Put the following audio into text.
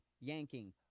yanking